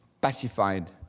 pacified